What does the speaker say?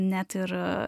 net ir